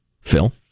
Phil